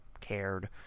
cared